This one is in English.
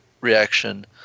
reaction